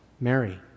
Mary